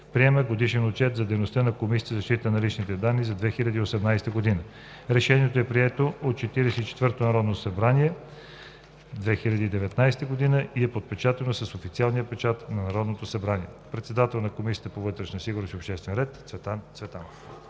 Приема Годишен отчет за дейността на Комисията за защита на личните данни за 2018 г. Решението е прието от 44-то Народно събрание на 28 февруари 2019 г. и е подпечатано с официалния печат на Народното събрание. Председател на Комисията по вътрешна сигурност и обществен ред – Цветан Цветанов.“